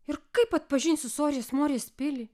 ir kaip atpažinsiu sorės morės pilį